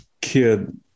kid